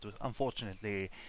unfortunately